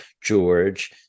george